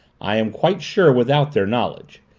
i am quite sure without their knowledge,